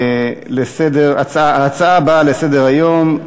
ההצעות הבאות לסדר-היום: